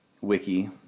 wiki